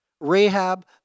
Rahab